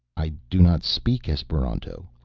i do not speak esperanto.